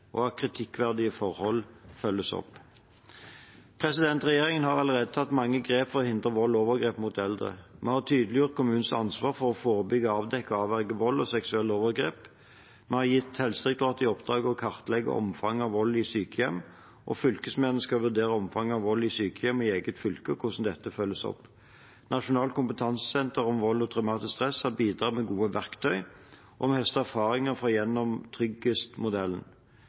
og av at kritikkverdige forhold følges opp. Regjeringen har allerede tatt mange grep for å hindre vold og overgrep mot eldre. Vi har tydeliggjort kommunenes ansvar for å forebygge, avdekke og avverge vold og seksuelle overgrep. Vi har gitt Helsedirektoratet i oppdrag å kartlegge omfanget av vold i sykehjem. Fylkesmennene skal vurdere omfanget av vold i sykehjem i eget fylke og hvordan dette følges opp. Nasjonalt kunnskapssenter om vold og traumatisk stress har bidratt med gode verktøy, og vi høster erfaringer gjennom